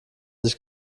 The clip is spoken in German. sich